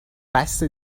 بسه